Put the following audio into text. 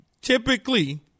typically